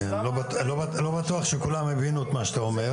לא בטוח שכולם הבינו את מה שאתה אומר.